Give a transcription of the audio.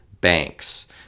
banks